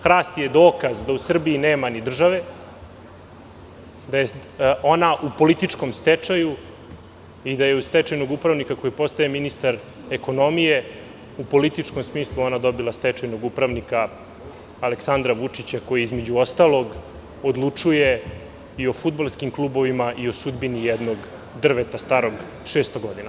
Hrast je dokaz da u Srbiji nema ni države, da je ona u političkom stečaju i da je uz stečajnog upravnika koji postaje ministar ekonomije, u političkom smislu ona dobila stečajnog upravnika Aleksandra Vučića, koji, između ostalog, odlučuje i o fudbalskim klubovima i o sudbini jednog drveta starog 600 godina.